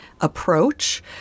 approach